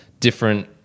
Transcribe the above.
Different